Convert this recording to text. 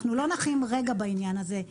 אנחנו לא נחים רגע בעניין הזה.